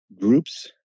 groups